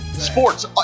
Sports